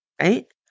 right